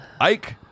Ike